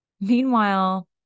Meanwhile